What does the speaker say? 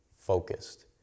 focused